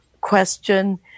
question